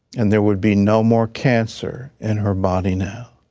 and there would be no more cancer in her body now.